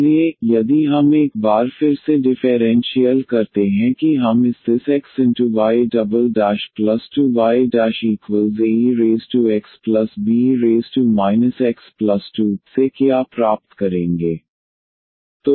इसलिए यदि हम एक बार फिर से डिफेरेंशीयल करते हैं कि हम इस this xy2yaexbe x2 से क्या प्राप्त करेंगे